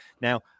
Now